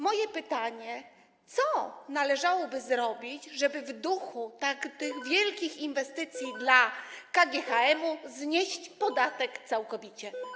Moje pytanie: Co należałoby zrobić, żeby w duchu tych wielkich inwestycji dla KGHM-u znieść podatek całkowicie?